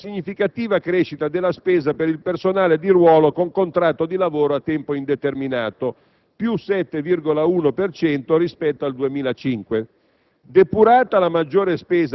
In primo luogo, si segnala una significativa crescita della spesa per il personale di ruolo con contratto di lavoro a tempo indeterminato (+ 7,1 per cento rispetto al 2005).